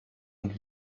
und